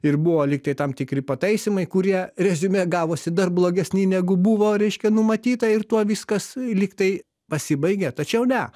ir buvo lygtai tam tikri pataisymai kurie reziume gavosi dar blogesni negu buvo reiškia numatyta ir tuo viskas lygtai pasibaigė tačiau ne